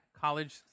college